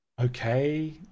okay